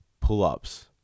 pull-ups